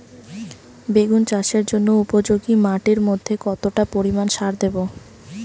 বেগুন চাষের জন্য উপযোগী মাটির মধ্যে কতটা পরিমান সার দেব?